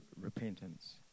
repentance